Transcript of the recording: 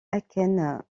akènes